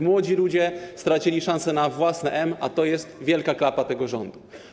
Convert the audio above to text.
Młodzi ludzie stracili szansę na własne M, a to jest wielka klapa tego rządu.